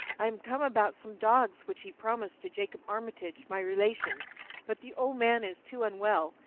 i am come about some dogs which he promised to jacob armitage, my relation but the old man is too unwell,